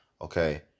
Okay